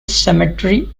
cemetery